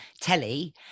telly